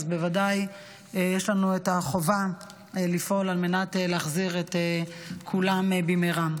בוודאי יש לנו את החובה לפעול על מנת להחזיר את כולם במהרה.